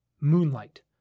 Moonlight